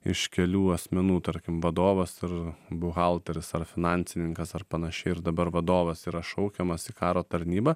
iš kelių asmenų tarkim vadovas ir buhalteris ar finansininkas ar panašiai ir dabar vadovas yra šaukiamas į karo tarnybą